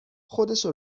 خودشو